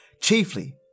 chiefly